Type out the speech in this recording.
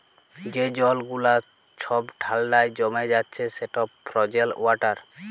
যে জল গুলা ছব ঠাল্ডায় জমে যাচ্ছে সেট ফ্রজেল ওয়াটার